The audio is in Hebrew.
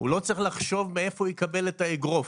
הוא לא צריך לחשוב מאיפה הוא יקבל את האגרוף.